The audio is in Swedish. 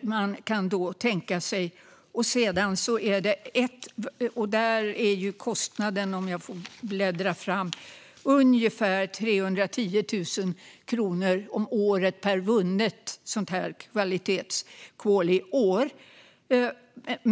man kan tänka sig. Där är kostnaden ungefär 310 000 kronor om året per vunnet qaly-år.